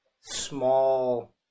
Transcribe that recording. small